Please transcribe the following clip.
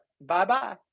Bye-bye